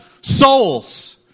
souls